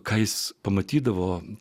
ką jis pamatydavo